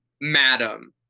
madam